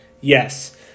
Yes